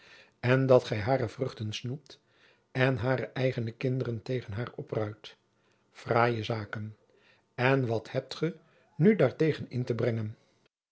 en dat gij hare vruchten snoept en hare eigene kinderen tegen haar opruit fraaie zaken en wat hebt ge nu daartegen in te brengen